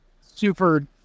super